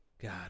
God